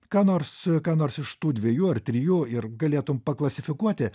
ką nors ką nors iš tų dviejų ar trijų ir galėtum paklasifikuoti